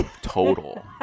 total